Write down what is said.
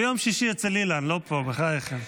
ביום שישי אצל אילן, לא פה, בחייכם.